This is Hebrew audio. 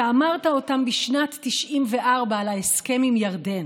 אתה אמרת אותן בשנת 1994 על ההסכם עם ירדן.